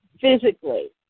physically